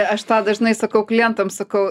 aš tą dažnai sakau klientam sakau